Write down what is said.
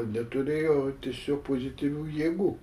neturėjo tiesiog pozityvių jėgų